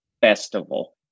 festival